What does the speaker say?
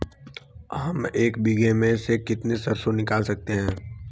हम एक बीघे में से कितनी सरसों निकाल सकते हैं?